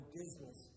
business